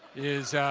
is